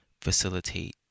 facilitate